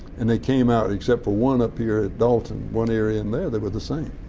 and they came out except for one up here at dalton one area in there they were the same.